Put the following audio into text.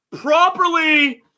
properly